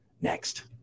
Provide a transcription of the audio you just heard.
next